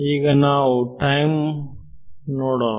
ಈಗ ನಾವು ಟೈಮ್ ಮಾಡೋಣ